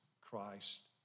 Christ